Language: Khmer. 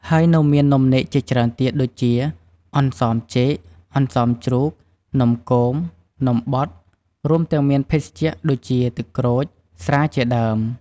ហើយនៅមាននំនេកជាច្រើនដូចជា អន្សមចេក អន្សមជ្រូក នំគម នំបត់ រួមទាំងមានភេសជ្ជៈដូចជាទឹកក្រូច ស្រាជាដើម...។